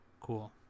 cool